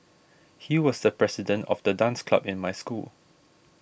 he was the president of the dance club in my school